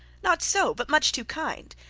not so, but much too kind.